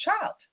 child